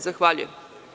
Zahvaljujem.